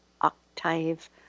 octave